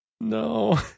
no